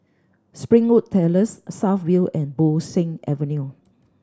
Springwood Terrace South View and Bo Seng Avenue